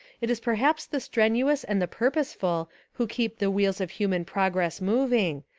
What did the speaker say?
it is perhaps the strenuous and the purposeful who keep the wheels of human progress mov ing,